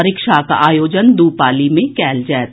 परीक्षाक आयोजन दू पाली मे कयल जायत